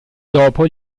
dopo